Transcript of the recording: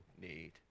need